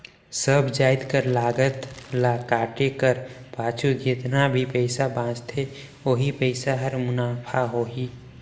सब जाएत कर लागत ल काटे कर पाछू जेतना भी पइसा बांचथे ओही पइसा हर मुनाफा होही